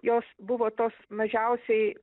jos buvo tos mažiausiai